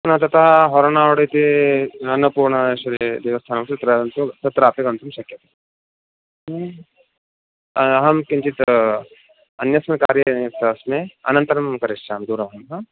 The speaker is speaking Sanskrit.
पुनः ततः होरनाडु इति अन्नपूर्णेश्वरी दे देवस्थानं तत्र तत्रापि गन्तुं शक्यते अहं किञ्चित् अन्यस्मिन् कार्ये अस्मि अनन्तरं करिष्यामि दूरवाणीं हा